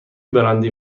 براندی